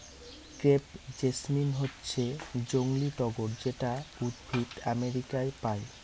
crepe jasmine হচ্ছে জংলী টগর যেটা উদ্ভিদ আমেরিকায় পায়